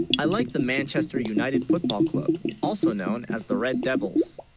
i like the manchester united football club, also known as the red, devils